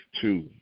two